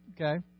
Okay